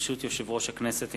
ברשות יושב-ראש הכנסת,